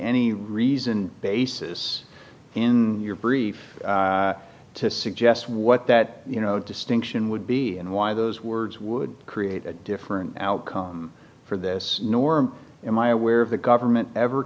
any reason basis in your brief to suggest what that you know distinction would be and why those words would create a different outcome for this nor in my aware of the government ever